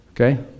Okay